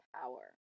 power